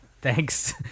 Thanks